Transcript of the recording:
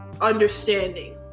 understanding